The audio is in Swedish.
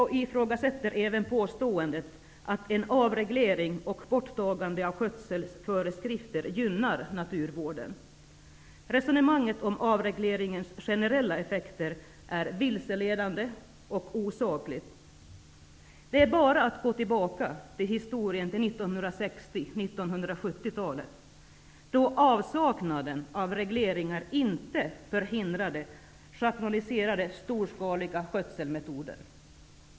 Vi ifrågasätter även påståendet att avreglering och borttagande av skötselföreskrifter gynnar naturvården. Resonemanget om avregleringens generella effekter är vilseledande och osakligt. Det är bara att gå tillbaka i historien till 1960 och 1970-talet då avsaknaden av regleringar inte förhindrade schabloniserade storskaliga skötselmetoder.